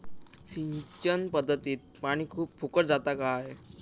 सिंचन पध्दतीत पानी खूप फुकट जाता काय?